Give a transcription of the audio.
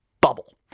bubble